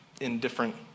indifferent